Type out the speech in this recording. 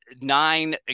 nine